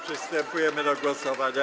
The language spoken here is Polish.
Przystępujemy do głosowania.